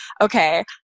okay